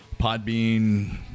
Podbean